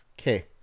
okay